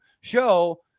show